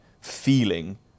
feeling